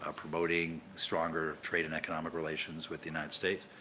ah promoting stronger trade and economic relations with the united states.